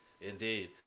indeed